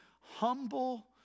humble